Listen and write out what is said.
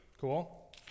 cool